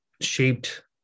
shaped